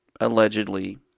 allegedly